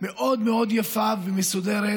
מאוד מאוד יפה ומסודרת,